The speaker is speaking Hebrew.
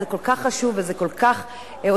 זה כל כך חשוב וזה כל כך עוזר,